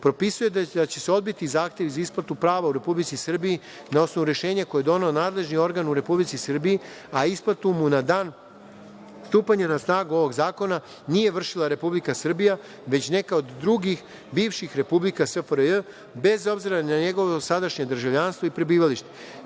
propisuje da će se odbiti zahtev za isplatu prava u Republici Srbiji na osnovu rešenja koje je doneo nadležni organ u Republici Srbiji, a isplatu mu na dan stupanja na snagu ovog zakona nije vršila Republika Srbija, već neka od drugih bivših republika SFRJ, bez obzira na njegovo sadašnje državljanstvo i prebivalište.